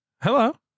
Hello